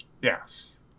Yes